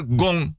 gong